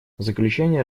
заключение